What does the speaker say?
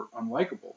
unlikable